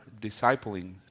discipling